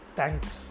thanks